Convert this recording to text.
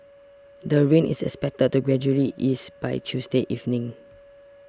the rain is expected to gradually ease by Tuesday evening